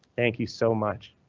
thank you so much.